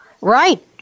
right